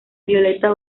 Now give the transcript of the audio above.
violeta